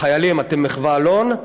החיילים, אתם מחו"ה אלון?